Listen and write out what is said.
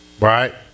Right